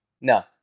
No